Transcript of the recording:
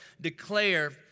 declare